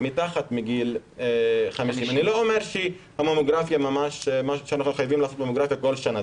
מתחת לגיל 50. אני לא אומר שאנחנו חייבים ללכת לממוגרפיה כל שנה,